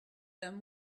them